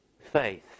faith